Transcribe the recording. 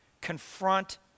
confront